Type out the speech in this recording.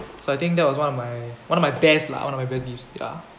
so I think that was one of my one of my best lah one of my best gift ya